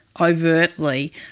overtly